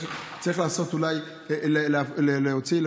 צריך אולי לעשות איזשהו